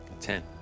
Ten